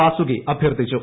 വാസുകി അഭ്യർഥിച്ചു